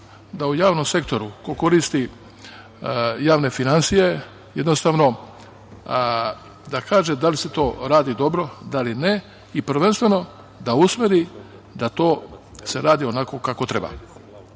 da u javnom sektoru, ko koristi javne finansije, jednostavno da kaže da li se to radi dobro, da li ne i prvenstveno da usmeri da to se radi onako kako treba. Mislim